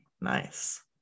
nice